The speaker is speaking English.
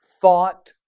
thought